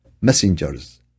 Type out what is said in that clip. Messengers